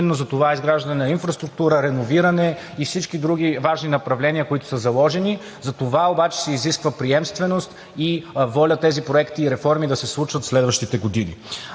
за това изграждане на инфраструктура, реновиране и всички други важни направления, които са заложени. За това обаче се изисква приемственост и воля тези проекти и реформи да се случат в следващите години.